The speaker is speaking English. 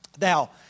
now